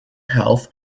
health